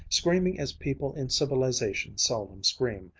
screaming as people in civilization seldom scream,